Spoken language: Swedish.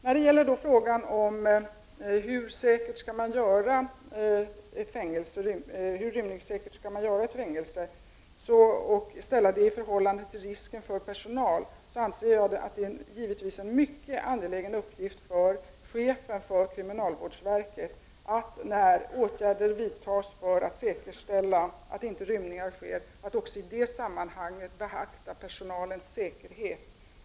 När det gäller frågan om hur rymningssäkert man skall göra ett fängelse, ställt i förhållande till risken för personalen, anser jag det vara en mycket angelägen uppgift för chefen för kriminalvårdsverket att, när åtgärder vidtas för att hindra rymningar från att ske, även i det sammanhanget beakta personalens säkerhet.